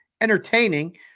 entertaining